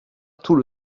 tout